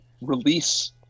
release